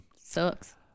Sucks